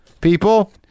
people